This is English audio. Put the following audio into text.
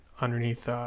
underneath